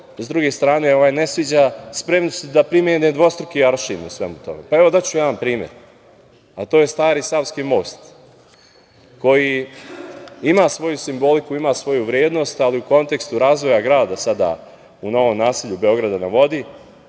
sa druge strane, ne sviđa spremni su da primene dvostruki aršin u svemu tome. Evo, daću jedan primer, a to je stari Savski most, koji ima svoju simboliku, ima svoju vrednost, ali u kontekstu razvoja grada u novom naselju "Beogradu na vodi",